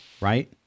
right